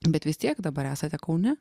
bet vis tiek dabar esate kaune